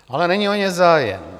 Ale není o ně zájem.